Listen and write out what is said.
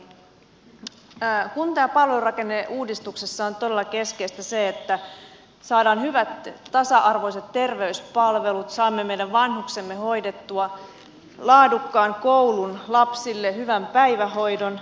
kunta ja palvelurakenneuudistuksessa on todella keskeistä se että saadaan hyvät tasa arvoiset terveyspalvelut saamme meidän vanhuksemme hoidettua laadukkaan koulun lapsille hyvän päivähoidon